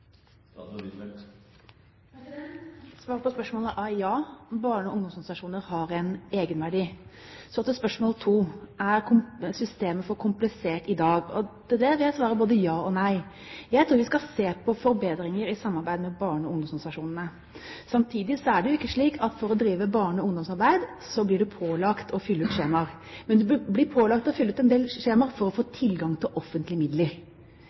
Svaret på spørsmålet er ja, barne- og ungdomsorganisasjoner har en egenverdi. Så til spørsmål to: Er systemet for komplisert i dag? Til det vil jeg svare både ja og nei. Jeg tror at vi skal se på forbedringer i samarbeid med barne- og ungdomsorganisasjonene. Samtidig er det jo ikke slik at for å drive barne- og ungdomsarbeid blir man pålagt å fylle ut skjemaer, men man blir pålagt å fylle ut en del skjemaer for å få tilgang til offentlige midler.